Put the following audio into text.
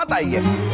i am